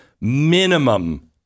minimum